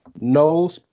no